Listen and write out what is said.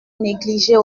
négliger